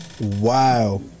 Wow